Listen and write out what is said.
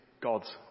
God's